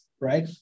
right